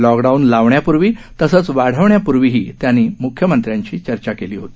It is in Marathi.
लॉकडाऊन लावण्यापूर्वी तसंच वाढवण्यापूर्वी त्यांनी म्ख्यमंत्र्यांशी चर्चा केली होती